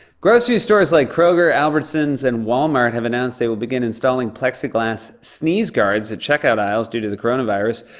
grocery stores, like kroger, albertsons, and walmart, have announced they will begin installing plexiglass sneeze guards at checkout aisles due to the coronavirus,